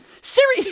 Siri